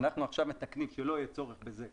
אנחנו עכשיו מתקנים כך שלא יהיה צורך בזה,